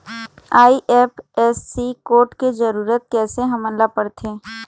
IFSC code के जरूरत कैसे हमन ला पड़थे?